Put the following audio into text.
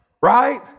right